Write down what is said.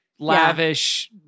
lavish